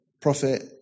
Prophet